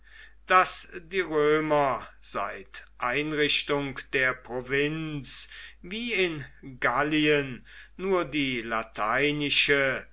daß die römer seit einrichtung der provinz wie in gallien nur die lateinische